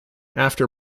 after